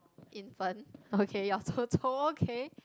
infant okay you're chou-chou okay